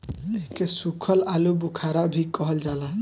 एके सुखल आलूबुखारा भी कहल जाला